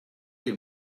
your